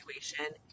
situation